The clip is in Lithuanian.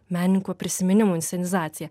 menininko prisiminimų inscenizacija